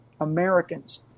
Americans